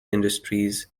industries